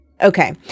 Okay